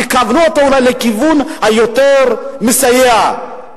אולי יכוון אותו לכיוון היותר מסייע,